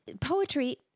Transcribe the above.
poetry